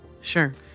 Sure